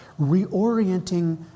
reorienting